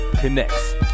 Connects